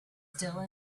still